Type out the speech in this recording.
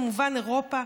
כמובן אירופה,